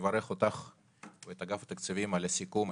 אני מברך אותך ואת אגף התקציבים על הסיכום.